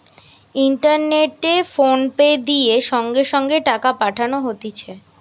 ইন্টারনেটে ফোনপে দিয়ে সঙ্গে সঙ্গে টাকা পাঠানো হতিছে